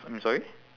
I'm sorry